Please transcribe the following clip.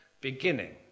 beginning